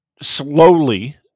slowly